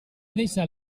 deixat